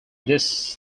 this